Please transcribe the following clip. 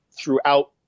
throughout